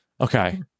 Okay